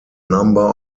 number